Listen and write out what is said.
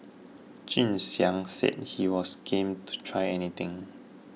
Jun Xiang said he was game to try anything